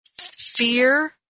Fear